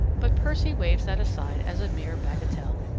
but percy waves that aside as a mere bagatelle.